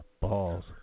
Balls